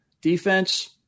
Defense